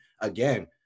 again